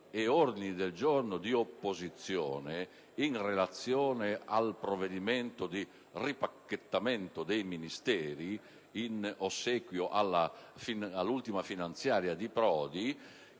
giorno di maggioranza e di opposizione in relazione al provvedimento di ripacchettamento dei Ministeri, in ossequio all'ultima finanziaria di Prodi,